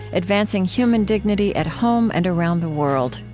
advancing human dignity at home and around the world.